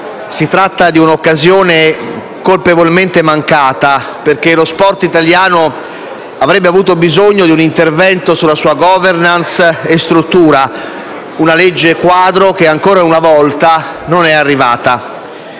Si tratta di un'occasione colpevolmente mancata, perché lo sport italiano avrebbe avuto bisogno di un intervento sulla sua *governance* e struttura, una legge quadro che, ancora una volta, non è arrivata.